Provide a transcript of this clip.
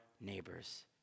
neighbors